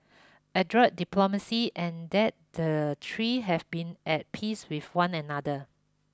adroit diplomacy and that the three have been at peace with one another